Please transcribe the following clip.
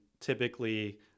typically